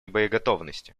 боеготовности